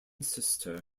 sister